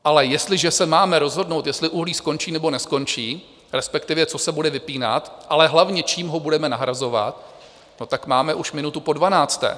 Ale jestliže se máme rozhodnout, jestli uhlí skončí, nebo neskončí, respektive co se bude vypínat, ale hlavně čím ho budeme nahrazovat, tak máme už minutu po dvanácté.